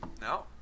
no